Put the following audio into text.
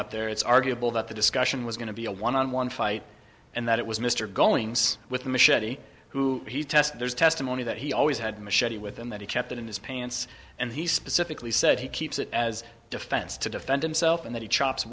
up there it's arguable that the discussion was going to be a one on one fight and that it was mr goings with machete who he tested there's testimony that he always had machete with and that he kept it in his pants and he specifically said he keeps it as a defense to defend himself and then he chops